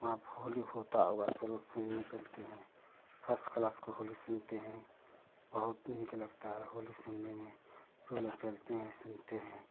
वहाँ होली होती हुई तो चलो घूमने चलते हैं फर्स्ट क्लास की होली सुनते हैं बहुत नेक लगता है होली सुनने में चलिए चलते हैं सुनते हैं